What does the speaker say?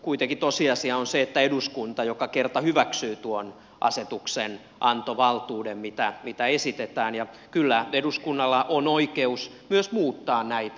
kuitenkin tosiasia on se että eduskunta joka kerran hyväksyy tuon asetuksen antoi valtuuden mitä esitetään ja kyllä eduskunnalla on oikeus myös muuttaa näitä